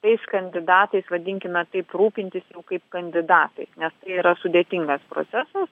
tais kandidatais vadinkime taip rūpintis kaip kandidatais nes tai yra sudėtingas procesas